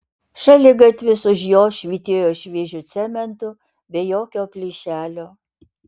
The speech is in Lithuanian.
šaligatvis už jo švytėjo šviežiu cementu be jokio plyšelio